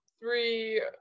three